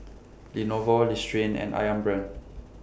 Lenovo Listerine and Ayam Brand